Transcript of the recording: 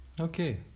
Okay